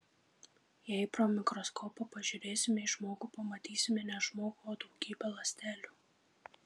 jei pro mikroskopą pažiūrėsime į žmogų pamatysime ne žmogų o daugybę ląstelių